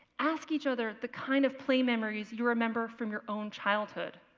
ask each other the kind of play memories you remember from your own childhood